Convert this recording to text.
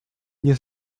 nie